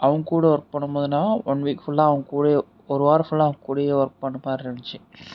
அவங்க கூட ஒர்க் பண்ணும்போது என்னாகும் ஒன் வீக் ஃபுல்லாக அவங்க கூடையே ஒரு வாரம் ஃபுல்லாக அவங்க கூடையே ஒர்க் பண்ணுறமாரி இருந்துச்சு